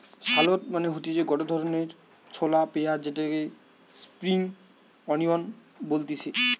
shallot মানে হতিছে গটে ধরণের ছলা পেঁয়াজ যেটাকে স্প্রিং আনিয়ান বলতিছে